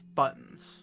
buttons